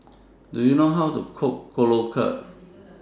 Do YOU know How to Cook Korokke